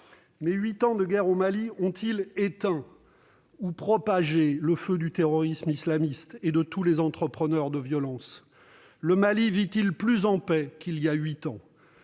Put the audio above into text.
huit années de guerre au Mali ont-ils éteint ou propagé le feu du terrorisme islamiste et de tous les entrepreneurs de violence ? Le Mali vit-il davantage en paix qu'il y a huit ans ?